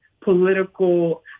political